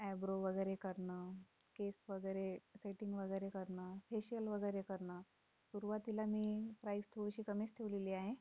eyebrow वगैरे करणं केस वगैरे सेटिंग वगैरे करणं फेशियल वगैरे करणं सुरवातीला मी प्राइज थोडीशी कमीच ठेवलेली आहे